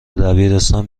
دبیرستان